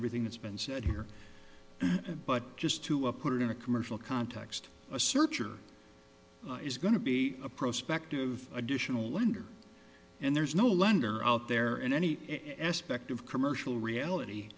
everything that's been said here but just to up put it in a commercial context a searcher is going to be a prospect of additional lender and there's no lender out there in any espec of commercial reality